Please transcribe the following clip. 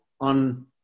on